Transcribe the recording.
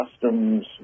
customs